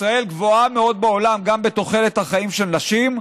ישראל גבוהה מאוד בעולם גם בתוחלת החיים של נשים,